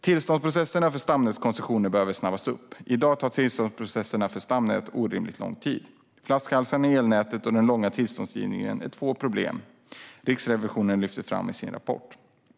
Tillståndsprocessen för stamnätskoncessioner behöver snabbas upp. I dag tar tillståndsprocessen för stamnätet orimligt lång tid. Flaskhalsarna i elnätet och den långsamma tillståndsgivningen är två av de problem Riksrevisionen lyfter fram i sin rapport.